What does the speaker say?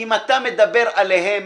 אם אתה מדבר אליהם,